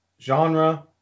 Genre